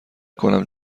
کنم